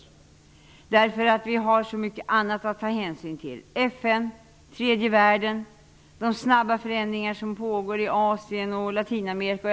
Vi har så mycket annat att ta hänsyn till: FN, tredje världen och de snabba förändringar som pågår i Asien och Latinamerika.